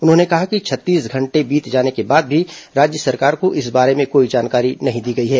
उन्होंने कहा कि छत्तीस घंटे बीत जाने के बाद भी राज्य सरकार को इस बारे में कोई जानकारी नहीं दी गई है